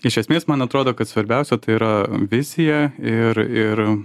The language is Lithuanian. iš esmės man atrodo kad svarbiausia tai yra vizija ir ir